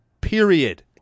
Period